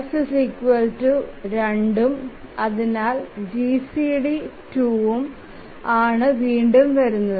F 2 ഉം അതിനാൽ GCD 2 ഉം ആണ് വീണ്ടും വരുന്നത്